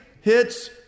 hits